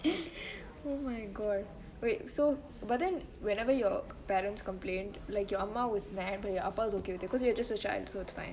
oh my god wait so but then wherever your parents complained like your ah ma was nah but your ah pa was okay with you cause you are just a child so it's fine